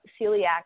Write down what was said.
celiac